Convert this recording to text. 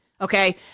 okay